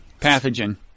pathogen